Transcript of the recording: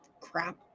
crap